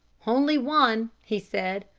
only one, he said.